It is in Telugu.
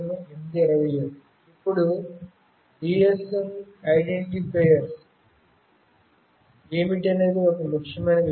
ఇప్పుడు GSM ఐడెంటిఫైయర్లు ఏమిటి అనేది ఒక ముఖ్యమైన విషయం